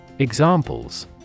Examples